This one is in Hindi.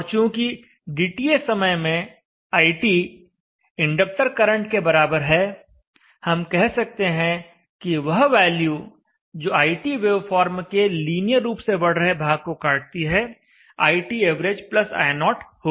और चूँकि dTs समय में iT इंडक्टर करंट के बराबर है हम कह सकते हैं कि वह वैल्यू जो iT वेवफॉर्म के लीनियर रूप से बढ़ रहे भाग को काटती है iTav i0 होगी